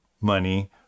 money